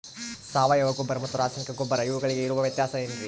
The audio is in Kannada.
ಸಾವಯವ ಗೊಬ್ಬರ ಮತ್ತು ರಾಸಾಯನಿಕ ಗೊಬ್ಬರ ಇವುಗಳಿಗೆ ಇರುವ ವ್ಯತ್ಯಾಸ ಏನ್ರಿ?